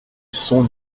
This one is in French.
sont